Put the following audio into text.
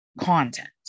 content